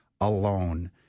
alone